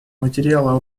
материала